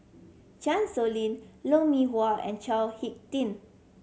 Chan Sow Lin Lou Mee Wah and Chao Hick Tin